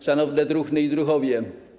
Szanowne Druhny i Druhowie!